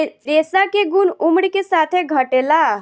रेशा के गुन उमर के साथे घटेला